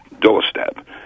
doorstep